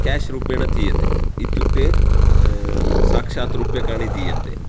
cash रूपेण दीयते इत्युक्ते साक्षात् रूप्यकाणि दीयन्ते